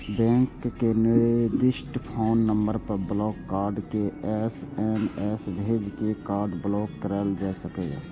bank के निर्दिष्ट phone number पर ब्लॉक कार्ड के एस.एम.एस भेज के कार्ड ब्लॉक कराएल जा सकैए